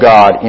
God